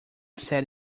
said